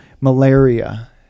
malaria